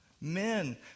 Men